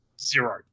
zero